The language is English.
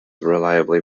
reliably